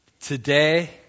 today